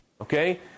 okay